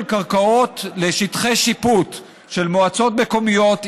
קרקעות לשטחי שיפוט של מועצות מקומיות,